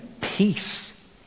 peace